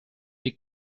les